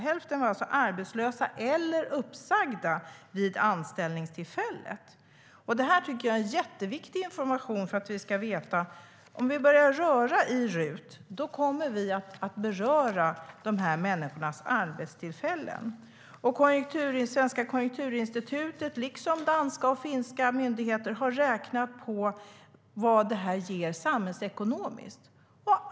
Hälften var alltså arbetslösa eller uppsagda vid anställningstillfället. Detta tycker jag är jätteviktig information. Om vi börjar röra i RUT kommer vi att beröra dessa människors arbetstillfällen. Det svenska Konjunkturinstitutet, liksom danska och finska myndigheter, har räknat på vad detta ger samhällsekonomiskt.